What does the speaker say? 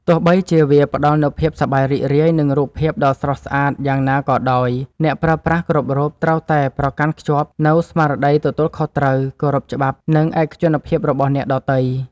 ទោះបីជាវាផ្ដល់នូវភាពសប្បាយរីករាយ និងរូបភាពដ៏ស្រស់ស្អាតយ៉ាងណាក៏ដោយ អ្នកប្រើប្រាស់គ្រប់រូបត្រូវតែប្រកាន់ខ្ជាប់នូវ ស្មារតីទទួលខុសត្រូវ គោរពច្បាប់ និងឯកជនភាពរបស់អ្នកដទៃ។